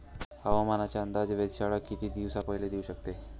हवामानाचा अंदाज वेधशाळा किती दिवसा पयले देऊ शकते?